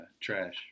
trash